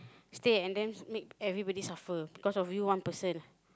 stay and then make everybody suffer because of you one person